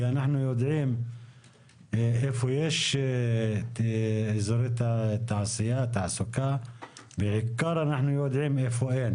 כי אנחנו יודעים איפה יש אזורי תעסוקה ובעיקר יודעים איפה אין